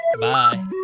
Bye